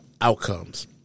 outcomes